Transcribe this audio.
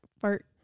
fart